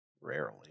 rarely